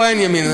פה אין ימין,